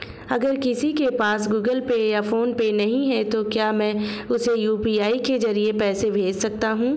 अगर किसी के पास गूगल पे या फोनपे नहीं है तो क्या मैं उसे यू.पी.आई के ज़रिए पैसे भेज सकता हूं?